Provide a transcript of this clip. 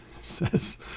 says